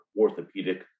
orthopedic